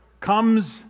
comes